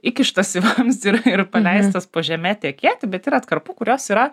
įkištas į vamzdį ir ir paleistas po žeme tekėti bet yra atkarpų kurios yra